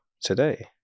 today